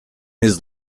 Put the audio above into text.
his